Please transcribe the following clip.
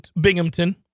Binghamton